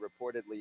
reportedly